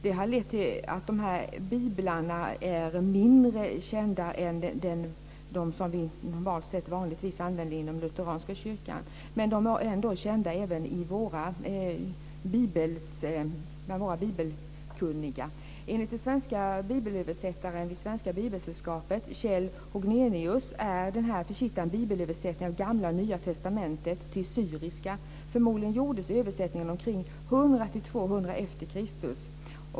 Det har lett till att de här biblarna är mindre kända än de som vi vanligtvis använder inom den lutheranska kyrkan. Men de är ändå kända även bland våra bibelkunniga. Enligt den svenska bibelöversättaren i Svenska bibelsällskapet, Kjell Hognesius, är Peshittan en bibelöversättning av det gamla och det nya testamentet till syriska. Förmodligen gjordes översättningen omkring 100-200 e. Kr.